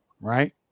right